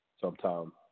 sometime